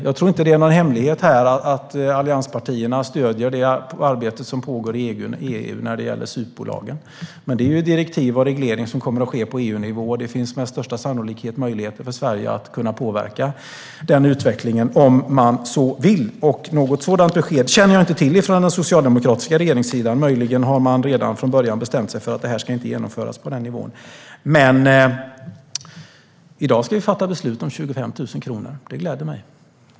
Jag tror inte att det är någon hemlighet att allianspartierna stöder det arbete som pågår i EU när det gäller SUP-bolagen. Men det är ju direktiv och reglering som kommer att ske på EU-nivå, och det finns väl med största sannolikhet möjlighet för Sverige att påverka den utvecklingen, om man så vill. Något sådant besked från den socialdemokratiska regeringssidan känner jag inte till. Möjligen har man redan från början bestämt sig för att detta inte ska genomföras på den nivån. Men i dag ska vi fatta beslut om 25 000 kronor. Det gläder mig.